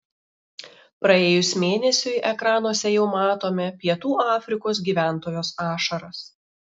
praėjus mėnesiui ekranuose jau matome pietų afrikos gyventojos ašaras